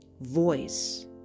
voice